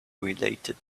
related